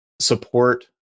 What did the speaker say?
support